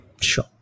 Sure